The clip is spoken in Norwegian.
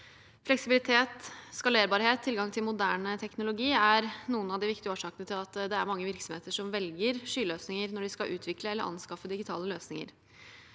Fleksibilitet, skalerbarhet og tilgang til moderne teknologi er noen av de viktige årsakene til at det er mange virksomheter som velger skyløsninger når de skal utvikle eller anskaffe digitale løsninger.